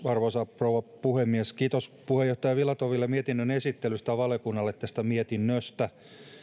arvoisa rouva puhemies kiitos puheenjohtaja filatoville mietinnön esittelystä ja valiokunnalle tästä mietinnöstä